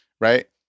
right